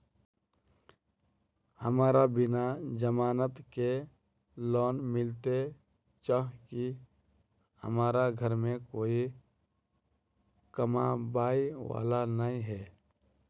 हमरा बिना जमानत के लोन मिलते चाँह की हमरा घर में कोई कमाबये वाला नय है?